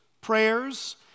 prayers